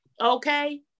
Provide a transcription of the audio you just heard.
okay